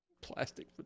Plastic